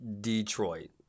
Detroit